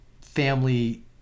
family